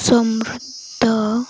ସମୃଦ୍ଧ